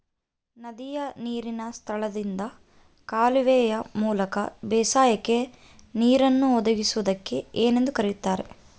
ನದಿಯ ನೇರಿನ ಸ್ಥಳದಿಂದ ಕಾಲುವೆಯ ಮೂಲಕ ಬೇಸಾಯಕ್ಕೆ ನೇರನ್ನು ಒದಗಿಸುವುದಕ್ಕೆ ಏನೆಂದು ಕರೆಯುತ್ತಾರೆ?